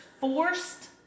forced